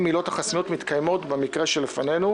עילות החסינות מתקיימות במקרה שלפנינו,